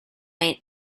night